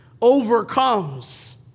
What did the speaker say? overcomes